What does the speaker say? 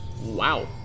Wow